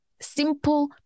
simple